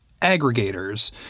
aggregators